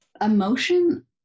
emotion